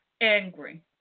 angry